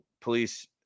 police